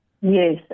Yes